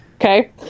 okay